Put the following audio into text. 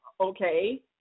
okay